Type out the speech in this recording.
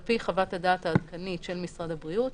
על פי חוות הדעת העדכנית של משרד הבריאות